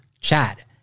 Chad